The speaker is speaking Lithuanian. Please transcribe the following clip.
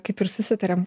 kaip ir susitarėm